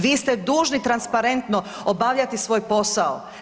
Vi ste dužni transparentno obavljati svoj posao.